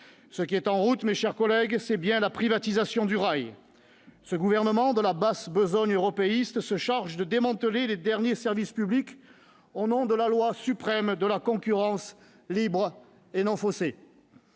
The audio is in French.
Ce qui est en route, mes chers collègues, c'est bien la privatisation du rail. Ce gouvernement de la basse besogne européiste se charge de démanteler les derniers services publics au nom de la loi suprême de la concurrence libre et non faussée.